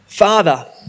Father